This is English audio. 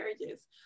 marriages